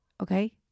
okay